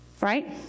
right